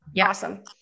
Awesome